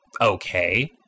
okay